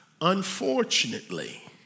Unfortunately